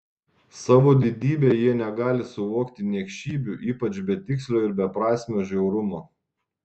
savo didybe jie negali suvokti niekšybių ypač betikslio ir beprasmio žiaurumo